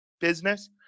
business